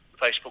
Facebook